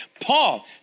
Paul